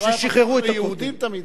כששחררו את הכותל.